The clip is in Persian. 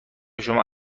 شما